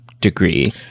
degree